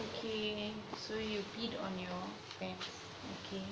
okay so you peed on your pants okay